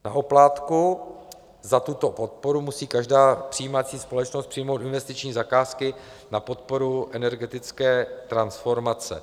Na oplátku za tuto podporu musí každá přijímající společnost přijmout investiční zakázky na podporu energetické transformace.